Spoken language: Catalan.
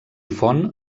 font